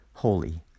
holy